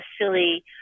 silly